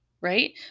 right